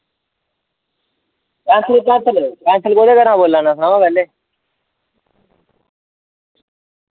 पैंथल पैंथल पैंथल कोह्दे घरा दा बोल्ला ना सनाओ हां पैह्ले